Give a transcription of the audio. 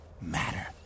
matter